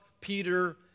Peter